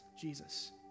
Jesus